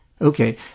Okay